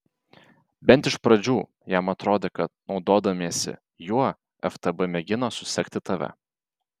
bent iš pradžių jam atrodė kad naudodamiesi juo ftb mėgino susekti tave